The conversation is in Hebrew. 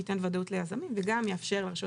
שייתן ודאות ליזמים וגם יאפשר לרשויות